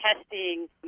testing